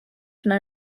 know